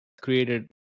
created